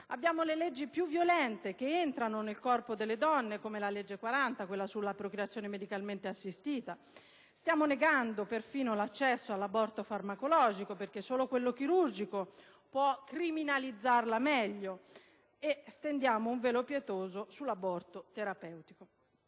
abbiamo le leggi più violente che entrano nel nostro corpo, come la n. 40 del 2004, sulla procreazione medicalmente assistita; stiamo negando perfino l'accesso all'aborto farmacologico, perché solo quello chirurgico può criminalizzarci meglio; e stendiamo un velo pietoso sull'aborto terapeutico.